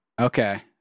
Okay